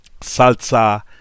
salsa